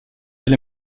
elle